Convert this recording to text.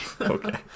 okay